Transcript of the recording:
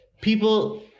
people